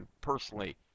personally